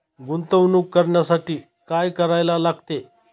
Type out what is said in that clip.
गुंतवणूक करण्यासाठी काय करायला लागते?